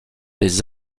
des